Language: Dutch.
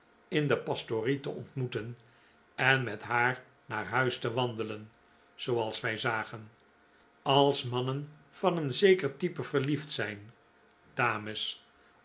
in de pastorie te ontmoeten en met haar naar huis te wandelen zooals wij zagen als mannen van een zeker type verliefd zijn dames